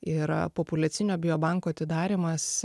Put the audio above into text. ir populiacinio biobanko atidarymas